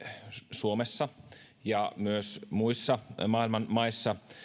suomessa ja myös muissa maailman maissa